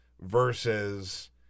versus